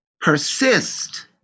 persist